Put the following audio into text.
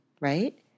right